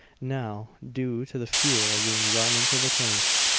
now, due to the fuel being run into the tanks.